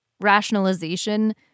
rationalization